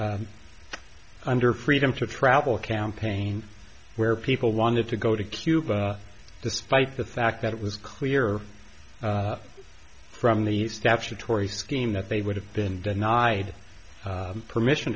under freedom to travel campaign where people wanted to go to cuba despite the fact that it was clear from the statutory scheme that they would have been denied permission